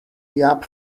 yap